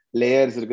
layers